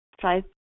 try